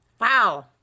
Wow